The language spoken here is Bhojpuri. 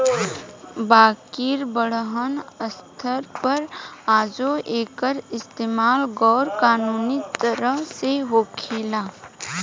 बाकिर बड़हन स्तर पर आजो एकर इस्तमाल गैर कानूनी तरह से होखेला